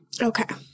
Okay